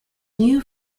new